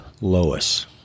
Lois